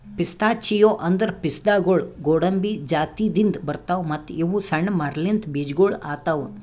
pistachio ಅಂದುರ್ ಪಿಸ್ತಾಗೊಳ್ ಗೋಡಂಬಿ ಜಾತಿದಿಂದ್ ಬರ್ತಾವ್ ಮತ್ತ ಇವು ಸಣ್ಣ ಮರಲಿಂತ್ ಬೀಜಗೊಳ್ ಆತವ್